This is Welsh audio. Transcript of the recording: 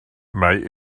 mae